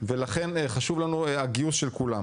ולכן חשוב לנו הגיוס של כולם.